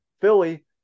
Philly